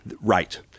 right